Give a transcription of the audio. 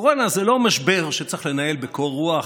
הקורונה זה לא משבר שצריך לנהל בקור רוח,